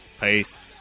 Peace